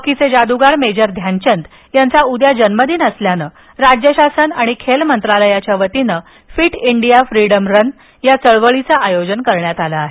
हॉकीचे जादूगार मेजर ध्यानचंद यांचा उद्या जन्मदिन असल्याने राज्य शासन आणि खेल मंत्रालयाच्या वतीने फिट इंडिया फ्रीडम रन या चळवळीचं आयोजन करण्यात आले आहे